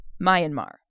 Myanmar